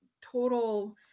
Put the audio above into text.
total